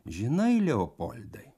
žinai leopoldai